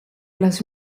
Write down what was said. les